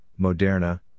Moderna